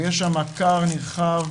ויש שם כר נרחב